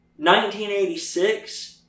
1986